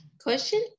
question